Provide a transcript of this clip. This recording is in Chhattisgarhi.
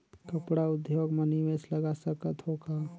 कपड़ा उद्योग म निवेश लगा सकत हो का?